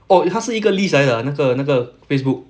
如果你需要放弃 !hais!